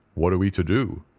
what are we to do?